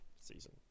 season